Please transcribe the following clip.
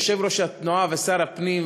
יושב-ראש התנועה ושר הפנים,